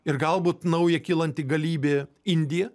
ir galbūt nauja kylanti galybė indija